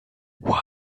why